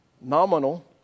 nominal